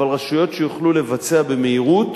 אבל רשויות שיוכלו לבצע במהירות,